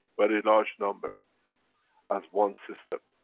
very large number as one system.